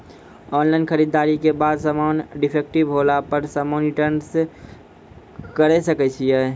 Online खरीददारी के बाद समान डिफेक्टिव होला पर समान रिटर्न्स करे सकय छियै?